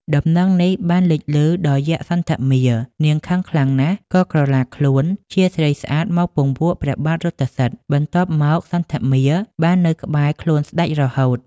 ដំណឹងនេះបានលេចលឺដល់យក្ខសន្ធមារ នាងខឹងខ្លាំងណាស់ក៏ក្រឡាខ្លួនជាស្រីស្អាតមកពង្វក់ព្រះបាទរថសិទ្ធិ បន្ទាប់មកសន្ធមារបាននៅក្បែរខ្លួនស្តេចរហូត។